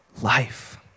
life